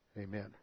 Amen